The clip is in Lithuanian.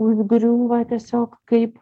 užgriūva tiesiog kaip